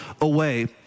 away